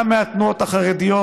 גם מהתנועות החרדיות,